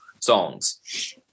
songs